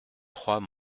trois